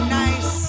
nice